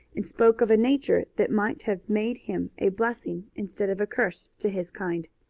and spoke of a nature that might have made him a blessing instead of a curse to his kind.